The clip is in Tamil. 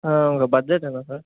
உங்கள் பஜ்ஜெட் என்ன சார்